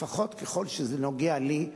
לפחות ככל שזה נוגע לי,